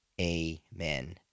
Amen